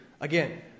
again